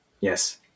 Yes